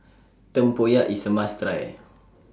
Tempoyak IS A must Try